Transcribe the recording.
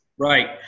right